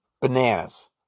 bananas